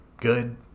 good